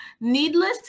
needless